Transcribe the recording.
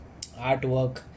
Artwork